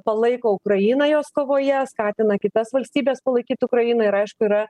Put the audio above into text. palaiko ukrainą jos kovoje skatina kitas valstybes palaikyt ukrainą ir aišku yra